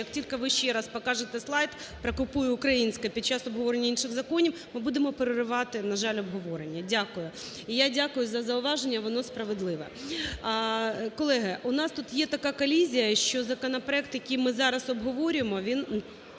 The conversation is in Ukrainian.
як тільки ви ще раз покажете слайд про "купуй українське" під час обговорення інших законів, ми будемо переривати, на жаль, обговорення. Дякую. І я дякую за зауваження, воно справедливе. Колеги, у нас тут є така колізія, що законопроект, який ми зараз обговорюємо, він